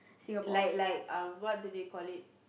like like uh what do they call it